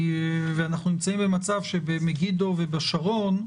אנחנו נמצאים במצב שמגידו והשרון,